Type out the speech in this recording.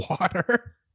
water